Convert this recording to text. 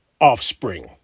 offspring